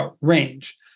Range